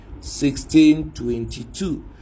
1622